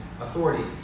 authority